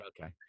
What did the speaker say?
okay